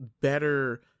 better